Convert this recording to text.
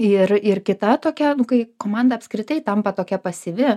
ir ir kita tokia nu kai komanda apskritai tampa tokia pasyvi